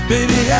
Baby